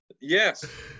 Yes